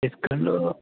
discount